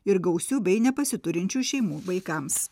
ir gausių bei nepasiturinčių šeimų vaikams